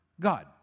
God